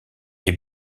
est